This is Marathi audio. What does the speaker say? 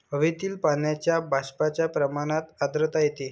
हवेतील पाण्याच्या बाष्पाच्या प्रमाणात आर्द्रता येते